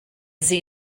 sie